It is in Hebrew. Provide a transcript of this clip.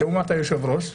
היה יושב-ראש מחליף,